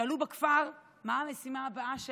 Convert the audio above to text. שאלו בכפר: מה המשימה הבאה שלנו?